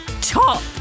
top